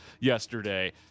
yesterday